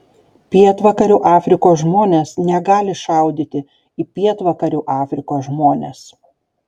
pietvakarių afrikos žmonės negali šaudyti į pietvakarių afrikos žmones